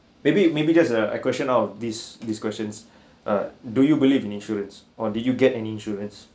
maybe maybe just a a question out of this this questions ah do you believe in insurance or did you get any insurance